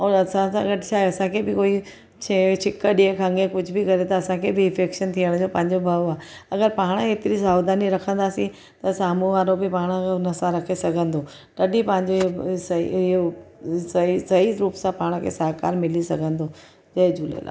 ऐं असां सां गॾु छाहे असांखे बि कोई छेड़ छिक ॾिए खंघे कुझु बि करे त असांखे बि इंफेक्शन थियण जो पंहिंजो भउ आहे अगरि पाण ऐतिरी सावधानी रखंदासी त साम्हूं वारो बि पाण खे उन उनुसारु रखी सघंदो तॾहिं पंहिंजे सही ईअं सही सही रूप सां पाण खे सहकारु मिली सघंदो जय झूलेलाल